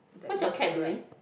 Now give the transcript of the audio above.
what's your cat doing